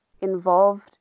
involved